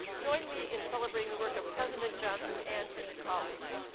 join me in celebrating the work of president johnson and his colleagues.